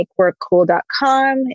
makeworkcool.com